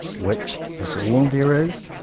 which is all there is,